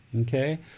Okay